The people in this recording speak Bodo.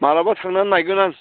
माब्लाबा थांनानै नायगोन आं